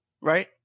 Right